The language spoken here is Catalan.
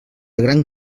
gran